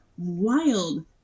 wild